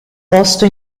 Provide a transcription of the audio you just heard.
posto